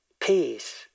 peace